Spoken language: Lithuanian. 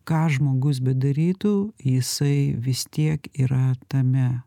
ką žmogus bedarytų jisai vis tiek yra tame